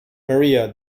maria